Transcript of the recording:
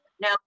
Now